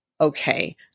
Okay